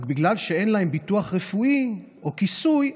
רק שבגלל שאין להם ביטוח רפואי או כיסוי,